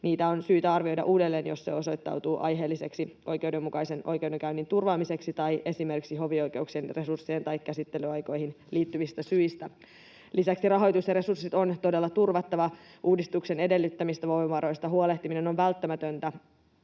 Niitä on syytä arvioida uudelleen, jos se osoittautuu aiheelliseksi oikeudenmukaisen oikeudenkäynnin turvaamiseksi tai esimerkiksi hovioikeuksien resursseihin tai käsittelyaikoihin liittyvistä syistä. Lisäksi rahoitusresurssit on todella turvattava. Uudistuksen edellyttämistä voimavaroista huolehtiminen on välttämätöntä.